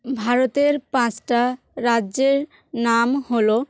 ভারতের পাঁচটা রাজ্যের নাম হলো